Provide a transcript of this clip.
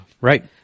Right